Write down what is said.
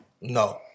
No